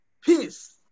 Peace